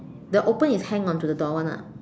the open is hang onto the door one lah